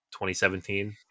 2017